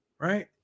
right